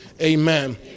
Amen